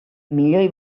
milioi